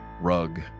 rug